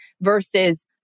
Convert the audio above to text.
versus